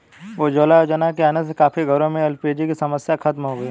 उज्ज्वला योजना के आने से काफी घरों में एल.पी.जी की समस्या खत्म हो गई